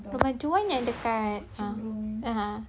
rumah juan yang dekat uh (uh huh)